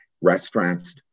restaurants